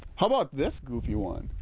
how about this goofy one.